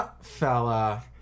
Fella